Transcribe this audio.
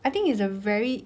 I think it's a very